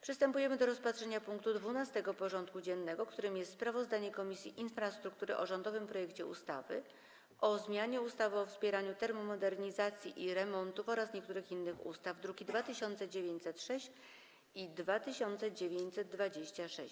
Przystępujemy do rozpatrzenia punktu 12. porządku dziennego: Sprawozdanie Komisji Infrastruktury o rządowym projekcie ustawy o zmianie ustawy o wspieraniu termomodernizacji i remontów oraz niektórych innych ustaw (druki nr 2906 i 2926)